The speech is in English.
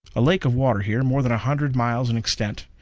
a lake of water here, more than a hundred miles in extent.